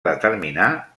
determinar